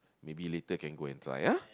maybe later can go and try ah